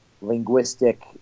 linguistic